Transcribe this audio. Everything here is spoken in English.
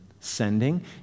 sending